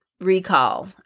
recall